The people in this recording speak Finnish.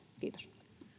kiitos